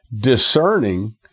Discerning